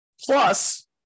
Plus